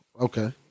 Okay